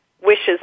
wishes